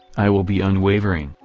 i will be unwavering,